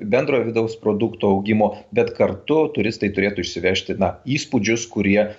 bendrojo vidaus produkto augimo bet kartu turistai turėtų išsivežti na įspūdžius kurie